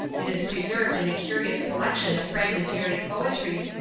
it is preserved in a curious collection of fragmentary poetry,